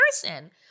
person